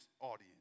audience